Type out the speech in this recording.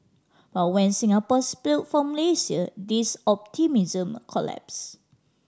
but when Singapore split from Malaysia this optimism collapse